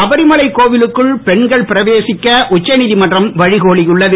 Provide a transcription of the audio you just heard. சபரிமலை கோவிலுக்குள் பெண்கள் பிரவேசிக்க உச்ச நீதமன்றம் வழி கோலியுள்ளது